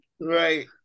Right